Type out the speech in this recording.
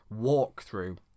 walkthrough